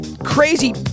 crazy